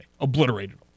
Obliterated